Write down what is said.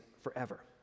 forever